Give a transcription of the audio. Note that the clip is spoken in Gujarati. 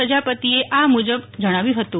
પ્રજાપતિએ આ મુજબ જણાવ્યું હતું